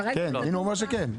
כרגע --- הוא אומר שכן.